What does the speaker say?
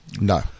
No